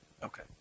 Okay